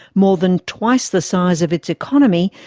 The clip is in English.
more than twice the size of its economy,